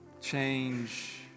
change